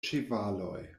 ĉevaloj